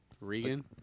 Regan